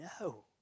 No